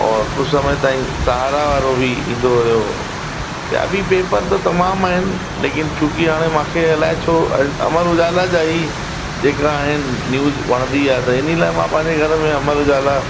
और कुझु समय ताईं सहारा वारो बि ईंदो हुयो ॿिया बि पेपर त तमामु आहिनि लेकिन छो की हाणे मूंखे अलाए छो अमर उजाला जा ई जेका आहिनि न्यूज़ वणंदी आहे त इन लाइ मां पंहिंजे घर में अमर उजाला